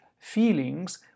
feelings